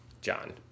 John